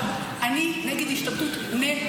אני נגד השתמטות, נקודה.